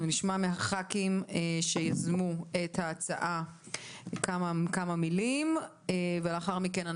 אנחנו נשמע מחברי הכנסת שיזמו את ההצעה כמה מילים ולאחר מכן,